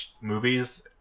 movies